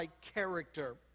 character